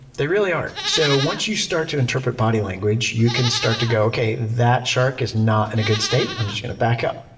they really aren't. so once you start to interpret body language, you can start to go, okay, that shark is not in a good state. i'm just going to back up.